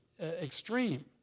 extreme